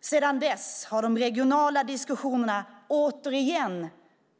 Sedan dess har de regionala diskussionerna återigen